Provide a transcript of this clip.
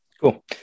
Cool